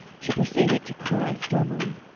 she proceeded to cry stormily.